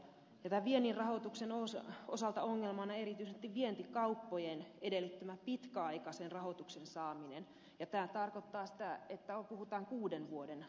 tämän viennin rahoituksen osalta ongelmana on erityisesti vientikauppojen edellyttämä pitkäaikaisen rahoituksen saaminen ja tämä tarkoittaa sitä että puhutaan kuuden vuoden lainoituksesta